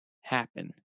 happen